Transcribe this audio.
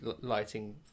lighting